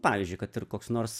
pavyzdžiui kad ir koks nors